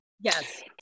Yes